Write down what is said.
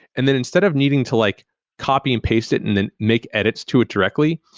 and then instead of needing to like copy and paste it and then make edits to it directly,